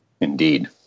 indeed